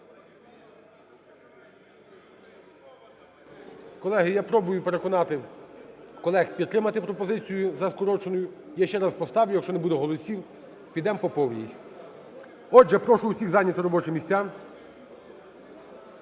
Колеги, я пробую переконати колег підтримати пропозицію за скороченою. Я ще раз поставлю, якщо не буде голосів, підемо по повній. Отже, я прошу всіх зайняти робочі місця,